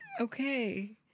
Okay